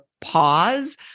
pause